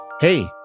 Hey